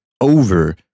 over